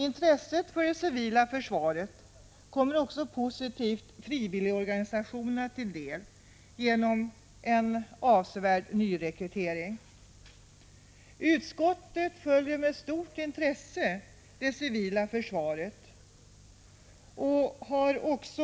Intresset för civilförsvaret kommer också positivt frivilligorganisationerna till del genom en avsevärd nyrekryte — Prot. 1985/86:126 ring. 24 april 1986 Utskottet följer med stort intresse det civila försvaret och har okså.